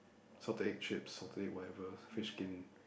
salted egg chips salted egg whatever fish skin